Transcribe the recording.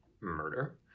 murder